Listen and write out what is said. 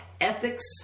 ethics